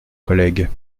collègue